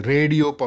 Radio